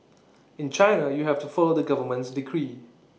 in China you have to follow the government's decree